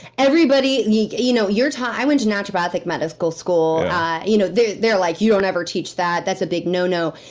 everybody. you know, you're taught. i went to naturopathic medical school yeah you know they're they're like, you don't ever teach that that's a big no-no.